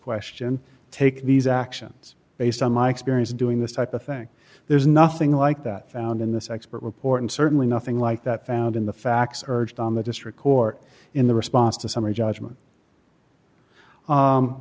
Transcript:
question take these actions based on my experience doing this type of thing there's nothing like that found in this expert report and certainly nothing like that found in the facts urged on the district court in the response to summary judgment